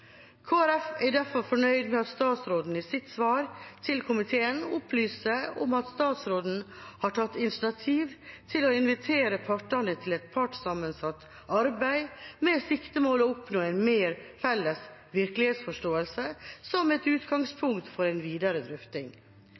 er derfor fornøyd med at statsråden i sitt svar til komiteen opplyser om at statsråden har tatt initiativ til å invitere partene til et partssammensatt arbeid med siktemål å oppnå en mer felles virkelighetsforståelse som et utgangspunkt for videre drøfting.